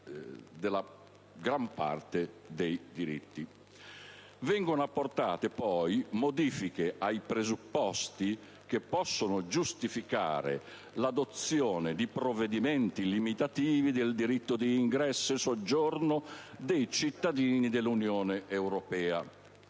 Vengono poi apportate modifiche ai presupposti che possono giustificare l'adozione di provvedimenti limitativi del diritto di ingresso e soggiorno dei cittadini dell'Unione europea.